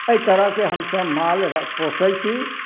एहि तरहके हमसब माल पोसै छी